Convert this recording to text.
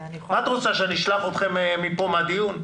את רוצה שאני אשלח אתכם מהדיון היום?